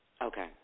Okay